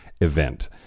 event